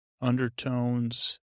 undertones